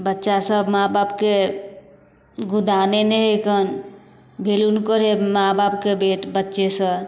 बच्चा सब माँ बापके गुदाने नहि हैकन वैल्यू नहि करै माँ बापके बेट बच्चे सऽ